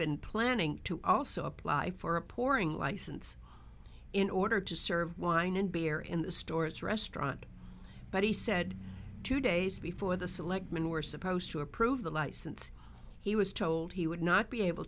been planning to also apply for a pouring license in order to serve wine and beer in the stores restaurant but he said two days before the selectmen were supposed to approve the license he was told he would not be able